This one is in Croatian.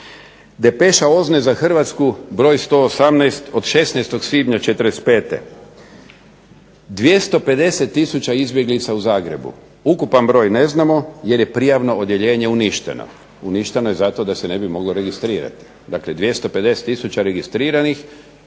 Depeša OZNA-e za Hrvatsku broji 118 od 16. svibnja '45. 250 tisuća izbjeglica u Zagrebu. Ukupan broj ne znamo jer je prijavno odjeljenje uništeno." Uništeno je zato da se ne bi moglo registrirati. Dakle, 250 tisuća registriranih